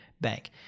bank